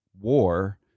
war